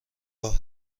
راه